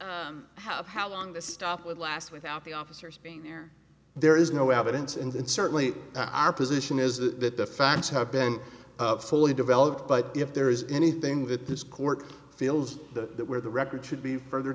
out how how long the stop would last without the officers being there there is no evidence and certainly our position is that the facts have been fully developed but if there is anything that this court feels the where the record should be further